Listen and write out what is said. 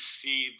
see